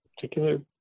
particular